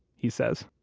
he says.